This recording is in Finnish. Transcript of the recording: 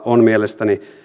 on mielestäni